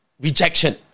rejection